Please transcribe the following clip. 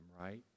right